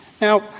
Now